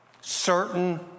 certain